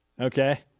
Okay